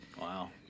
Wow